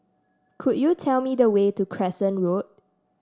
could you tell me the way to Crescent Road